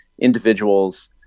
individuals